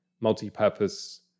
multi-purpose